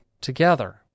together